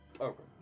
Okay